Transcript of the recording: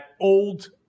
old